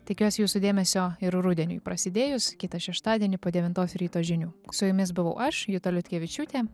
tikiuos jūsų dėmesio ir rudeniui prasidėjus kitą šeštadienį po devintos ryto žinių su jumis buvau aš juta liutkevičiūtė